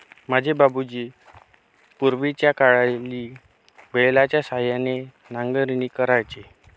माझे बाबूजी पूर्वीच्याकाळी बैलाच्या सहाय्याने नांगरणी करायचे